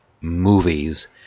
movies